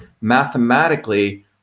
mathematically